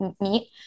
Meet